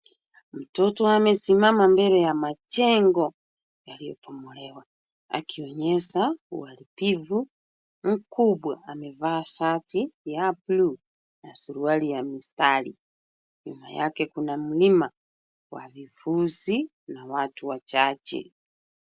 Mtoto amesimama mbele ya majengo yaliyobomolewa akionyesha uharibifu mkubwa. Amevaa shati ya bluu na suruali ya mistari, nyuma yake kuna mlima wa vifusi na watu wachache.